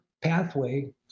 pathway